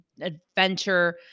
adventure